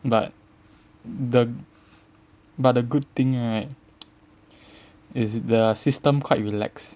but the but the good thing right is is the system quite relax